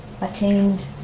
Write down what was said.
attained